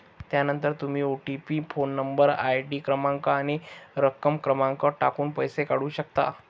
त्यानंतर तुम्ही OTP phone number, ID क्रमांक आणि रक्कम क्रमांक टाकून पैसे काढू शकता